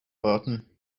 warten